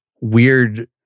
weird